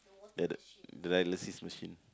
the the dialysis machine